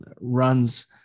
runs